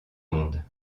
monde